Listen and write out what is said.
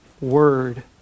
word